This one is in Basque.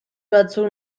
batzuk